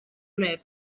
neb